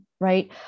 right